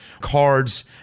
cards